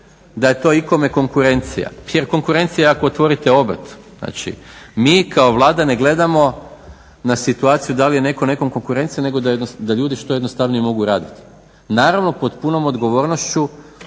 da je to ikome konkurencija jer konkurencija je ako otvorite obrt. Znači, mi kao Vlada ne gledamo na situaciju da li je netko nekom konkurencija, nego da ljudi što jednostavnije mogu raditi, naravno pod punom odgovornošću